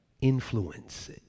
Influence